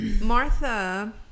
Martha